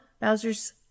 Bowser's